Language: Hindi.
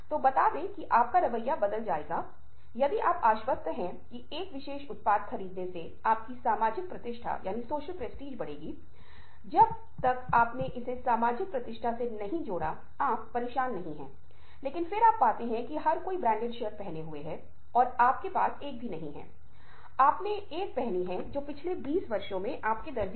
यह आपको केवल इस तथ्य से अवगत कराने के लिए है कि सुनना कोई बहुत साधारण बात नहीं है इसमें जटिल चीजें शामिल हैं ध्यान शामिल होता है और आप समय के विशिष्ट अंकों पर विशिष्ट चीजों को प्राप्त करते हैं